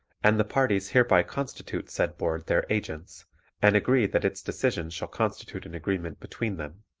and the parties hereby constitute said board their agents and agree that its decision shall constitute an agreement between them,